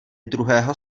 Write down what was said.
druhého